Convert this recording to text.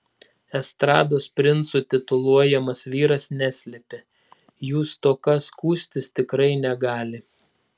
estrados princu tituluojamas vyras neslepia jų stoka skųstis tikrai negali